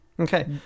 Okay